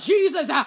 Jesus